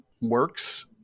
works